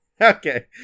Okay